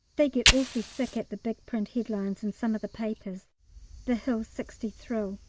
they get awfully sick at the big-print headlines in some of the papers the hill sixty thrill!